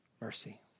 mercy